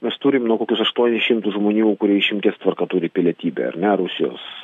mes turim na kokius aštuonis šimtus žmonių kurie išimties tvarka turi pilietybę ar ne rusijos